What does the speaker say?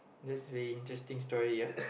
that's a very interesting story ya